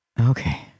Okay